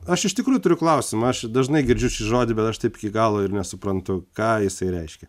aš iš tikrųjų turiu klausimą aš dažnai girdžiu šį žodį bet aš taip iki galo ir nesuprantu ką jisai reiškia